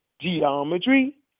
geometry